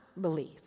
believe